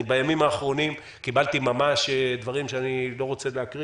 אני בימים האחרונים קיבלתי ממש דברים שאני לא רוצה להקריא